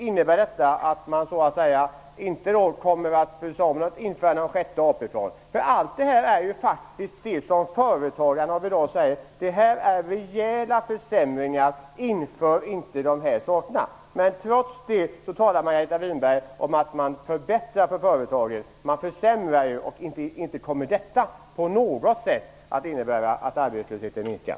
Innebär detta att man inte kommer att bry sig om att införa någon sjätte AP-fond? Om allt detta säger faktiskt företagarna av i dag: Detta är rejäla försämringar. Inför dem inte. Trots det talar Margareta Winberg om att man förbättrar för företagen, men man försämrar ju. Inte kommer detta på något sätt att innebära att arbetslösheten minskar.